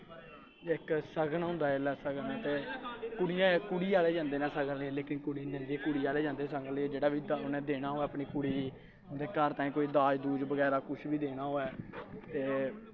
इक सगन होंदा जेल्लै सगन ते कुड़ियें कुड़ी आह्ले जंदे न सगन लेई लेकिन कुड़ी निं जंदी कुड़ी आह्ले जंदे न सगन लेइयै जेह्ड़ा बी उ'नें देना होऐ अपनी कुड़ी गी उंदे घर ताईं कोई दाज दूज बगैरा कुछ बी देना होऐ ते